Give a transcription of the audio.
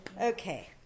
Okay